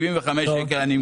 75 שקלים,